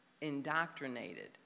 indoctrinated